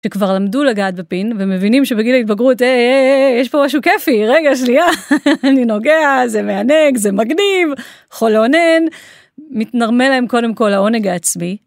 כבר למדו לגעת בפין ומבינים שבגיל ההתבגרות יש פה משהו כיפי רגע שנייה אני נוגע זה מענג זה מגניב יכול לאונן מתנרמל להם קודם כל העונג העצמי.